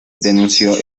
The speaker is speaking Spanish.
denunció